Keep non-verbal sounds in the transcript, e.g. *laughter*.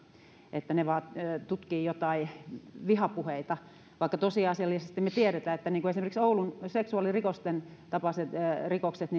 että he vain tutkivat joitain vihapuheita vaikka tosiasiallisesti me tiedämme että esimerkiksi oulun seksuaalirikosten tapaiset rikokset *unintelligible*